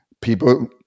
people